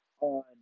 on